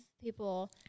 people